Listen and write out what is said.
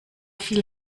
viel